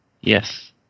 Yes